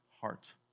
heart